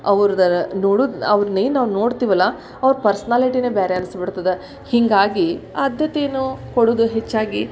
ಅವ್ರ್ದು ನೋಡುದು ಅವ್ರ್ನ ಏನು ನಾವು ನೋಡ್ತೀವಲ್ಲ ಅವ್ರ ಪರ್ಸ್ನಾಲಿಟಿಯೇ ಬೇರೆ ಅನ್ಸಿ ಬಿಡ್ತದೆ ಹೀಗಾಗಿ ಆದ್ಯತೆ ನಾವು ಕೊಡುವುದು ಹೆಚ್ಚಾಗಿ